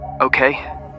Okay